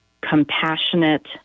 compassionate